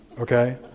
okay